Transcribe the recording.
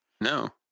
No